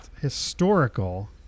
historical